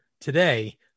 today